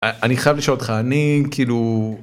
אני חייב לשאול אותך אני כאילו.